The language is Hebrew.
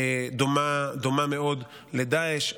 דומה מאוד לשל דאעש.